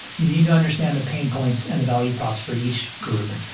you need to understand the pain points and the value props for each group.